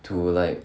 to like